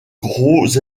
gros